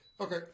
Okay